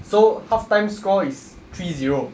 so half-time score is three zero